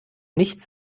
nichts